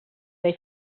they